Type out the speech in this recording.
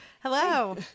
Hello